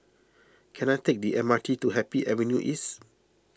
can I take the M R T to Happy Avenue East